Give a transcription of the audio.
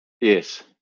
yes